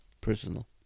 Personal